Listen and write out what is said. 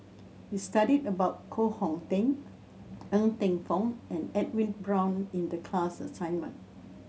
we studied about Koh Hong Teng Ng Eng Teng and Edwin Brown in the class assignment